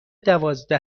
دوازده